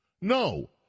No